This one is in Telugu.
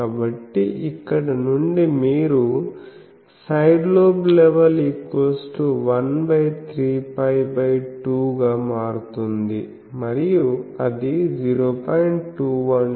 కాబట్టి ఇక్కడ నుండి మీరు SLL 1 3π 2 గా మారుతుంది మరియు అది 0